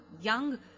young